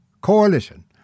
Coalition